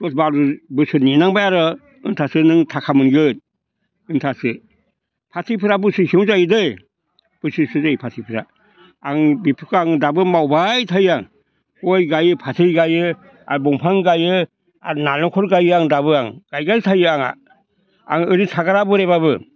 दस बार' बोसोर नेनांबाय आर' होनब्लासो नों थाखा मोनगोन होनब्लासो फाथैफोरा बोसोरसेयावनो जायो दै बोसोरसेयाव जायो फाथैफ्रा आं बिफोरखौ आं दाबो मावबाय थायो आं गय गायो फाथै गायो आर दंफां गायो आर नालेंखर गायो आं दाबो आं गायबायानो थायो आंहा आं ओरैनो थागारा बोराइब्लाबो